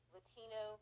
Latino